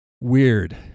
weird